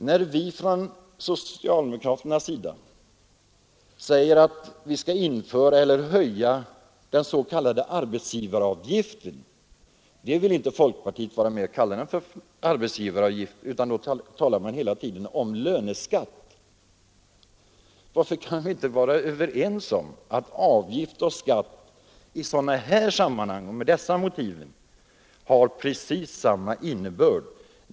När vi socialdemokrater säger att vi skall höja den s.k. arbetsgivaravgiften vill inte folkpartiet kalla den för arbetsgivaravgift utan det talas hela tiden om löneskatt. Varför kan vi inte vara överens om att avgift och skatt i sådana här sammanhang och med dessa motiv har precis samma innebörd?